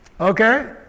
okay